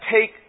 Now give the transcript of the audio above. take